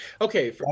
Okay